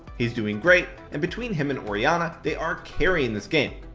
he's doing great, and between him and orianna they are carrying this game.